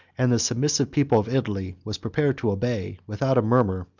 and the submissive people of italy was prepared to obey, without a murmur,